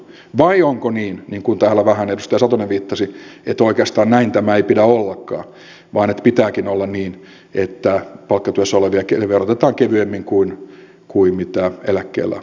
vai onko niin niin kuin täällä vähän edustaja satonen viittasi että oikeastaan näin tämän ei pidä ollakaan vaan että pitääkin olla niin että palkkatyössä olevia verotetaan kevyemmin kuin eläkkeellä olevia